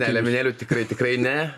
ne liemenėlių tikrai tikrai ne